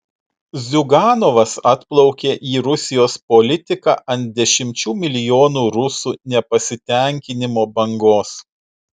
ziuganovas atplaukė į rusijos politiką ant dešimčių milijonų rusų nepasitenkinimo bangos